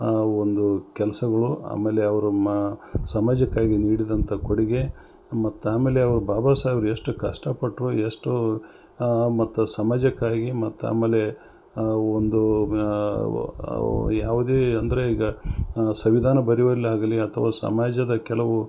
ಆ ಒಂದು ಕೆಲ್ಸಗಳು ಆಮೇಲೆ ಅವರು ಮಾ ಸಮಾಜಕ್ಕಾಗಿ ನೀಡಿದಂಥ ಕೊಡುಗೆ ಮತ್ತು ಆಮೇಲೆ ಬಾಬಾ ಸಾಹೇಬ್ರ್ ಎಷ್ಟು ಕಷ್ಟ ಪಟ್ಟರು ಎಷ್ಟು ಮತ್ತು ಸಮಾಜಕ್ಕಾಗಿ ಮತ್ತು ಆಮೇಲೆ ಒಂದು ಯಾವು ಯಾವುದೇ ಅಂದರೆ ಈಗ ಸಂವಿಧಾನ ಬರೆಯುವಲ್ಲಾಗಲಿ ಅಥವ ಸಮಾಜದ ಕೆಲವು